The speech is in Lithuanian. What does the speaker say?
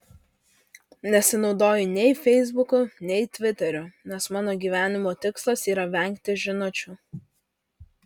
nesinaudoju nei feisbuku nei tviteriu nes mano gyvenimo tikslas yra vengti žinučių